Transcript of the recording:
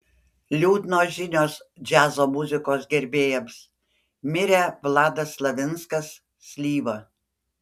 liūdnos žinios džiazo muzikos gerbėjams mirė vladas slavinskas slyva